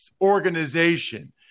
organization